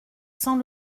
sans